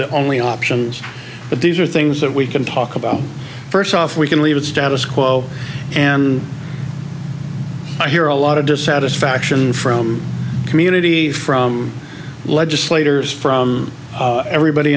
the only options but these are things that we can talk about first off we can leave it status quo and i hear a lot of dissatisfaction from community from legislators from everybody